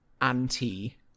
anti